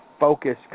focus